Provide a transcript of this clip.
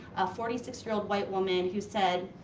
a forty six year old white woman who said,